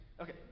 Okay